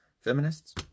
Feminists